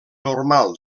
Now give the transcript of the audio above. normal